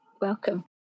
Welcome